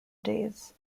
days